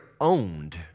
owned